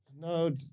No